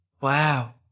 Wow